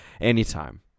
anytime